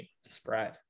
spread